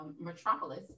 metropolis